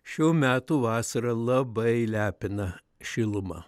šių metų vasara labai lepina šiluma